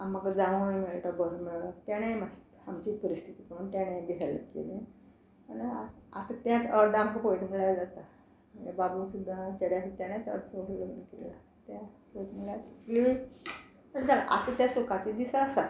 आं म्हाका जांवय मेळ्ळो तो बरो मेळ्ळो ताणेय मातशें आमची परिस्थिती पळोवन ताणेय बी हेल्प केलें आतां तेंच अर्द आमकां पळयत म्हणल्या जाता आमगे बाबू सुद्दां चेड्या सुद्दां ताणेंच अर्द लग्न केला तें पळयता म्हणल्या जालें आतां त्या सुखाचे दिसा आसात